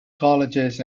colleges